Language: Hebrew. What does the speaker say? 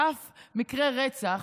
ואף מרצח,